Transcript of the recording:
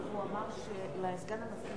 אני סוגר את ההצבעה.